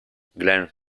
glenn